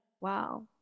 Wow